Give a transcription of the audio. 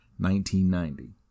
1990